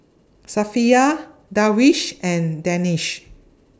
Safiya Darwish and Danish